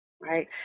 Right